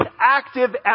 active